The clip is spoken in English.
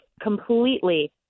completely